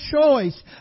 choice